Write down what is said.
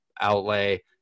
outlay